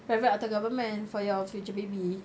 private atau government for your future baby